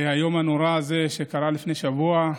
היום הנורא הזה שקרה לפני שבוע,